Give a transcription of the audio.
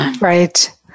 Right